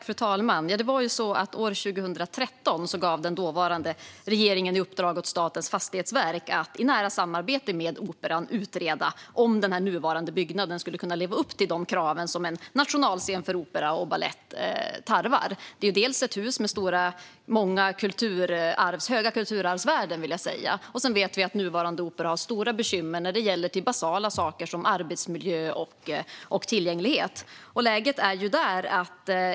Fru talman! År 2013 gav den dåvarande regeringen Statens fastighetsverk i uppdrag att i nära samarbete med Operan utreda om den nuvarande byggnaden kan leva upp till de krav som en nationalscen för opera och balett tarvar. Det är ett hus med många höga kulturarvsvärden. Vi vet att det nuvarande operahuset har stora bekymmer när det gäller basala saker som arbetsmiljö och tillgänglighet.